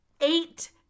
eight